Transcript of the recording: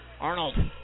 Arnold